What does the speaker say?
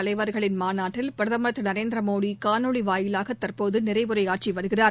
தலைவர்களின் மாநாட்டில் பிரதமர் திரு நரேந்திர மோடி காணொளி வாயிலாக தற்போது நிறைவுரையாற்றி வருகிறார்